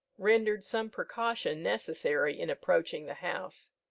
rendered some precaution necessary in approaching the house.